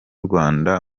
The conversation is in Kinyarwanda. rwanda